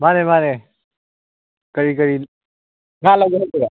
ꯃꯥꯅꯦ ꯃꯥꯅꯦ ꯀꯔꯤ ꯀꯔꯤ ꯉꯥ ꯂꯧꯒꯦ ꯍꯥꯏꯔꯣ ꯍꯥꯏꯔꯣꯕ